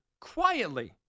quietly